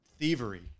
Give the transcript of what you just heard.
thievery